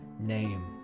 name